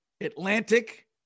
Atlantic